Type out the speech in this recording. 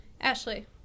Ashley